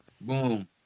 boom